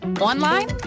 online